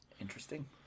Interesting